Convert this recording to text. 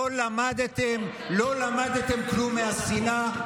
לא למדתם כלום מהשנאה?